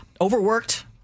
overworked